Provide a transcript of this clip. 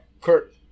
Kurt